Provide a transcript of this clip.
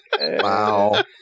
wow